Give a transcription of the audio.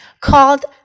called